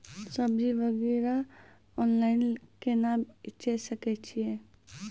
सब्जी वगैरह ऑनलाइन केना बेचे सकय छियै?